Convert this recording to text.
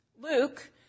Luke